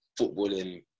footballing